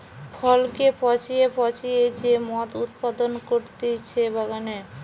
ফলকে পচিয়ে পচিয়ে যে মদ উৎপাদন করতিছে বাগানে